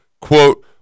quote